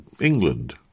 England